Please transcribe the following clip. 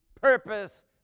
purpose